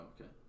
okay